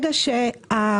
טוב.